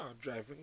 driving